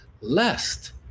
lest